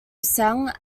sang